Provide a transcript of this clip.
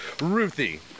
Ruthie